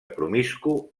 promiscu